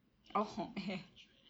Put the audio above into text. oh oh eh